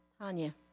Tanya